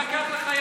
אני אשמח.